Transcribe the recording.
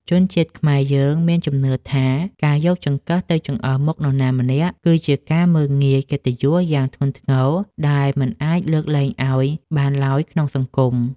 ជនជាតិខ្មែរយើងមានជំនឿថាការយកចង្កឹះទៅចង្អុលមុខនរណាម្នាក់គឺជាការមើលងាយកិត្តិយសយ៉ាងធ្ងន់ធ្ងរដែលមិនអាចលើកលែងឱ្យបានឡើយក្នុងសង្គម។